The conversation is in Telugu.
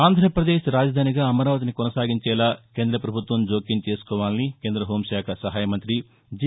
ఆంధ్రప్రదేశ్ రాజధానిగా అమరావతిని కొనసాగించేలా కేంద్ర ప్రభుత్వం జోక్యం చేసుకోవాలని కేంద్ర హోంశాఖ సహాయమంత్రి జి